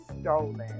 stolen